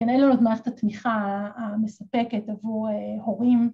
‫כן, אין לנו את מערכת התמיכה ‫המספקת עבור הורים.